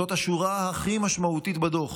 זאת השורה הכי משמעותית בדוח: